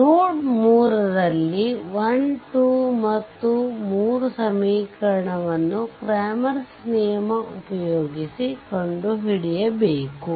ನೋಡ್ 3 ನಲ್ಲಿ 1 2 ಮತ್ತು 3 ಸಮೀಕರಣವನ್ನು ಕ್ರ್ಯಾಮರ್ಸ್ ನಿಯಮ ಉಪಯೋಗಿಸಿ ಕಂಡು ಹಿಡಿಯಬೇಕು